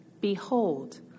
Behold